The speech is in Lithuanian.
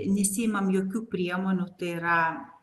nesiimam jokių priemonių tai yra